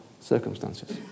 circumstances